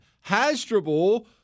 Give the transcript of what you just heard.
Hasdrubal